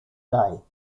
day